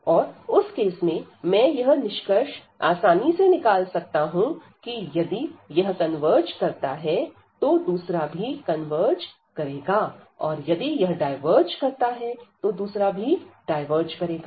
और उस केस में मैं यह निष्कर्ष आसानी से निकाल सकता हूं कि यदि यह कन्वर्ज करता है तो दूसरा भी कन्वर्ज करेगा और यदि यह डायवर्ज करता है तो दूसरा भी डायवर्ज करेगा